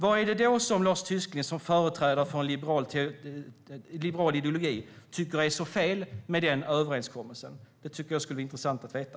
Vad är det då som Lars Tysklind som företrädare för en liberal ideologi tycker är så fel med den överenskommelsen? Det tycker jag skulle vara intressant att veta.